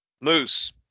Moose